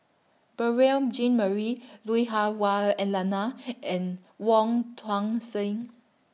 Beurel Jean Marie Lui Hah Wah Elena and Wong Tuang Seng